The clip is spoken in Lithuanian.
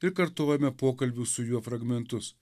ir kartojame pokalbių su juo fragmentus